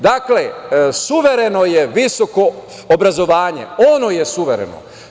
Dakle, suvereno je visoko obrazovanje, ono je suvereno.